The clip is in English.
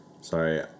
Sorry